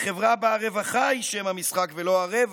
לחברה שבה הרווחה היא שם המשחק, ולא הרווח.